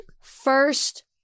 First